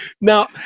Now